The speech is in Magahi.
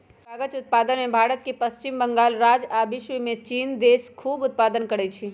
कागज़ उत्पादन में भारत के पश्चिम बंगाल राज्य आ विश्वमें चिन देश खूब उत्पादन करै छै